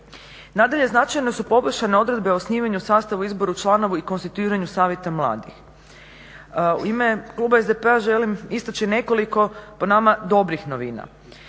Nadalje, značajno su poboljšane odredbe o osnivanju, sastavu, izboru članova i konstituiranju savjeta mladih. U ime Kluba SDP-a želim istaći nekoliko po nama dobrih novina.